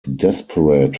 desperate